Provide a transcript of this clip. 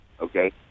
okay